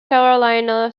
carolina